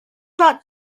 not